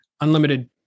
unlimited